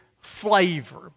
flavor